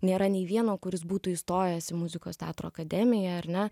nėra nei vieno kuris būtų įstojęs į muzikos teatro akademiją ar ne